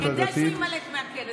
כדי שהוא יימלט מהכלא.